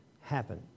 happen